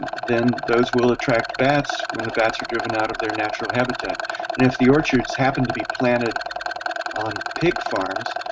then those will attract bats, when the bats are driven out of their natural habitat and if the orchards happen to be planted on pig farms,